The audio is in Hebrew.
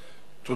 תודה.